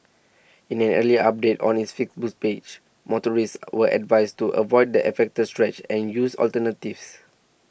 in an earlier update on its Facebook page motorists were advised to avoid the affected stretch and use alternatives